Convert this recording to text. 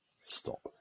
Stop